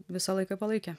visą laiką palaikė